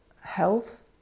health